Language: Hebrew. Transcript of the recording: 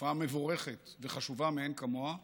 תופעה מבורכת וחשובה מאין כמוה,